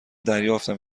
دریافتم